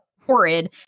horrid